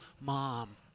mom